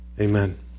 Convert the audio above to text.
Amen